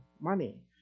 money